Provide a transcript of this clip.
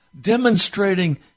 demonstrating